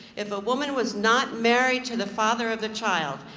if a woman was not married to the father of the child,